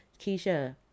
Keisha